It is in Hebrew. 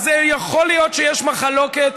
אז יכול להיות שיש מחלוקת.